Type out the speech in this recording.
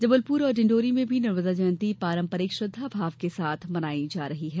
जबलपुर और डिंडोरी में भी नर्मदा जयंती पारंपरिक श्रद्वाभाव के साथ मनाई जायेगी